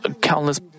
countless